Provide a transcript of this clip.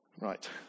right